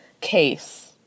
case